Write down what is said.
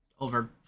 over